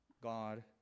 God